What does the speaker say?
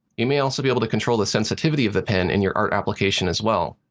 you may also be able to control the sensitivity of the pen in your art application as well.